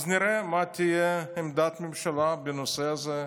אז נראה מה תהיה עמדת הממשלה בנושא הזה.